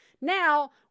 Now